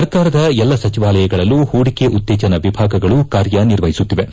ಸರ್ಕಾರದ ಎಲ್ಲ ಸಚಿವಾಲಯಗಳಲ್ಲೂ ಹೂಡಿಕೆ ಉತ್ತೇಜನ ವಿಭಾಗಗಳು ಕಾರ್ಯ ನಿರ್ವಹಿಸುತ್ತಿವೆ